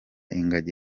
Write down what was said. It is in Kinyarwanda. ingagi